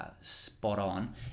spot-on